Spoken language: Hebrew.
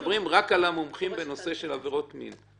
אנחנו מדברים רק על המומחים בנושא של עבירות מין.